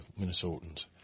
Minnesotans